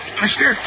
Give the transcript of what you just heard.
mister